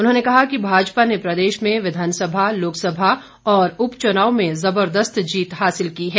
उन्होंने कहा कि भाजपा ने प्रदेश में विधानसभा लोकसभा और उप चुनाव में जबरदस्त जीत हासिल की है